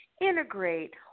integrate